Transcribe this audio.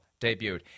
debuted